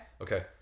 Okay